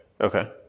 Okay